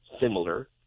similar